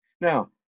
Now